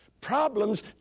Problems